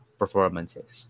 performances